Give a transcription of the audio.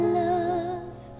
love